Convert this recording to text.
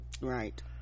right